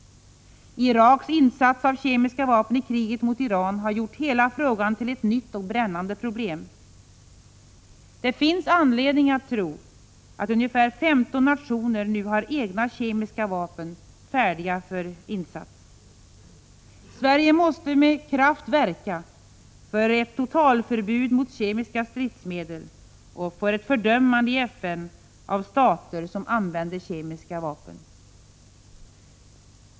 Iraks insats av kemiska vapen i kriget mot Iran har gjort hela frågan till ett nytt och brännande problem. Det finns anledning att tro att ungefär 15 nationer har egna kemiska vapen färdiga för insats. Sverige måste med kraft verka för ett totalförbud mot kemiska stridsmedel och för ett fördömande i FN av stater som använder kemiska vapen.